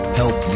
help